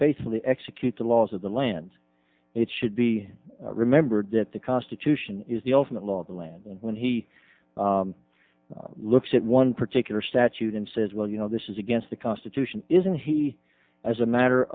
faithfully execute the laws of the land it should be remembered that the constitution is the ultimate law of the land when he looks at one particular statute and says well you know this is against the constitution isn't he as a matter